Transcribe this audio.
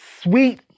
Sweet